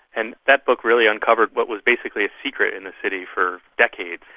and that book really uncovered what was basically a secret in the city for decades,